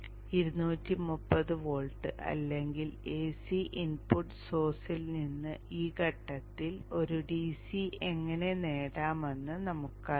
230 volt അല്ലെങ്കിൽ AC input സോഴ്സിൽ നിന്ന് ഈ ഘട്ടത്തിൽ ഒരു ഡിസി എങ്ങനെ നേടാമെന്ന് നമുക്കറിയാം